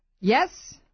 Yes